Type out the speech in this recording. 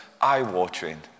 eye-watering